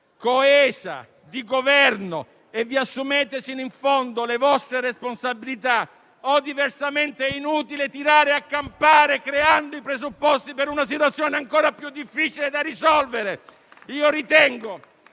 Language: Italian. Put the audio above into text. coesa di Governo e assumetevi sino in fondo le vostre responsabilità oppure, diversamente, è inutile tirare a campare creando i presupposti per una situazione ancora più difficile da risolvere.